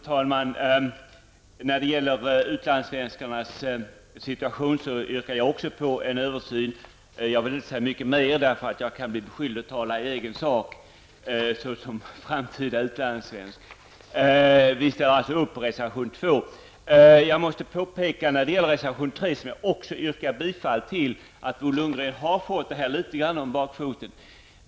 Fru talman! När det gäller utlandssvenskarnas situation yrkar jag också på en översyn. Jag vill inte säga så mycket mera eftersom jag kan bli beskylld för att tala i egen sak såsom framtida utlandssvensk. Miljöpartiet ställer således upp på reservation nr 2. När det gäller reservation nr 3, som jag också yrkar bifall till, måste jag påpeka att Bo Lundgren har fått detta litet om bakfoten.